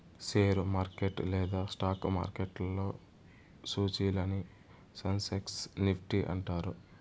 share market లేదా stock మార్కెట్లో సూచీలని సెన్సెక్స్ నిఫ్టీ అంటారు